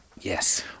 Yes